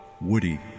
Woody